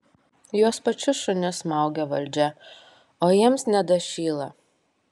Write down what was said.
juos pačius šunis smaugia valdžia o jiems nedašyla